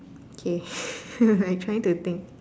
okay I trying to think